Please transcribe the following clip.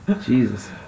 Jesus